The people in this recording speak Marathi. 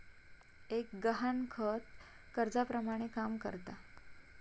एक गहाणखत कर्जाप्रमाणे काम करता